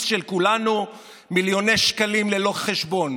של כולנו מיליוני שקלים ללא חשבון.